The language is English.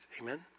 Amen